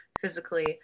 physically